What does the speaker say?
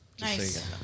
Nice